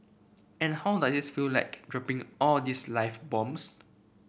and how does its feel like dropping all these live bombs